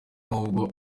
nubwo